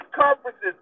conferences